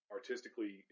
Artistically